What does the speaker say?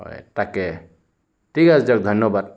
হয় তাকে ঠিক আছে দিয়ক ধন্যবাদ